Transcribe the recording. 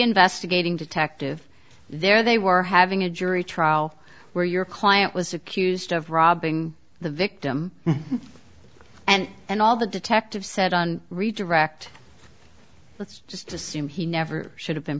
investigating detective there they were having a jury trial where your client was accused of robbing the victim and and all the detective said on reach a direct let's just assume he never should have been